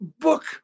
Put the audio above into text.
book